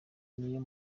niyo